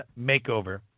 Makeover